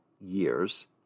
years